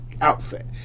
outfit